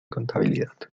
contabilidad